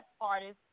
artists